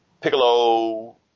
Piccolo